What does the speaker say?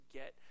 get